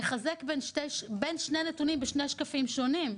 מחזק בין שני נתונים בשני שקפים שונים.